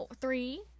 Three